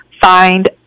find